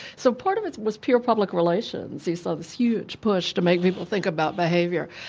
so part of it was pure public relations. you saw this huge push to make people think about behaviour.